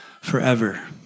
forever